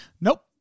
Nope